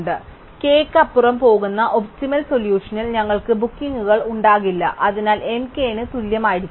അതിനാൽ k യ്ക്ക് അപ്പുറം പോകുന്ന ഒപ്റ്റിമൽ സൊല്യൂഷനിൽ ഞങ്ങൾക്ക് ബുക്കിംഗുകൾ ഉണ്ടാകില്ല അതിനാൽ m k ന് തുല്യമായിരിക്കണം